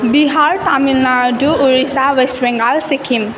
Bihar Tamil Nadu Odisha west Bengal Sikkim